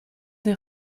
des